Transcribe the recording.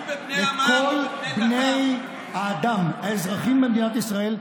את כל בני האדם האזרחים במדינת ישראל,